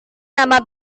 nama